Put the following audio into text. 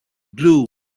glue